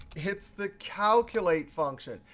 it's the calculate function.